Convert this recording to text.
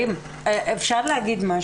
אפשר להגיד משהו?